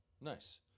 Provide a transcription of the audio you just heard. nice